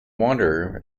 wanderer